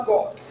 God